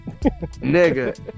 nigga